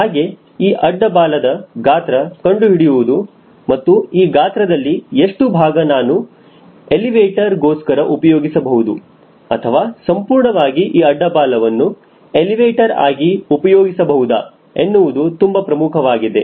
ಹಾಗೆ ಈ ಅಡ್ಡ ಬಾಲದ ಗಾತ್ರ ಕಂಡುಹಿಡಿಯುವುದು ಮತ್ತು ಈ ಗಾತ್ರದಲ್ಲಿ ಎಷ್ಟು ಭಾಗ ನಾನು ಎಲಿವೇಟರ್ ಗೋಸ್ಕರ ಉಪಯೋಗಿಸಬಹುದು ಅಥವಾ ಸಂಪೂರ್ಣವಾಗಿ ಈ ಅಡ್ಡ ಬಾಲವನ್ನು ಎಲಿವೇಟರ್ ಆಗಿ ಉಪಯೋಗಿಸಬಹುದಾ ಎನ್ನುವುದು ತುಂಬಾ ಪ್ರಮುಖವಾಗಿದೆ